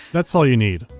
that's all you need.